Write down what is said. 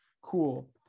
cool